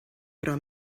però